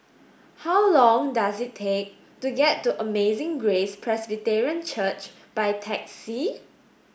how long does it take to get to Amazing Grace Presbyterian Church by taxi